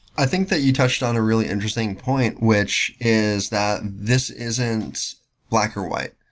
i think that you touched on a really interesting point which is that this isn't black or white.